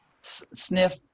sniff